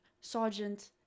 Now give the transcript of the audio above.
sergeant